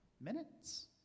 minutes